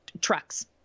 trucks